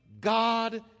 God